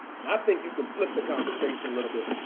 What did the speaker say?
and i think you can flip the conversation a little bit,